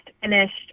finished